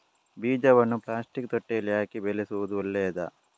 ಬೀಜವನ್ನು ಪ್ಲಾಸ್ಟಿಕ್ ತೊಟ್ಟೆಯಲ್ಲಿ ಹಾಕಿ ಬೆಳೆಸುವುದು ಒಳ್ಳೆಯದಾ?